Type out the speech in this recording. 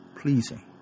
pleasing